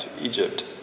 Egypt